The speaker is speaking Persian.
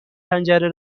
پنجره